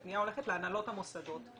הפנייה הולכת להנהלות המוסדות.